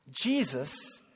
Jesus